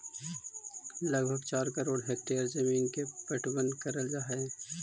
लगभग चार करोड़ हेक्टेयर जमींन के पटवन करल जा हई